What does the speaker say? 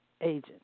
agent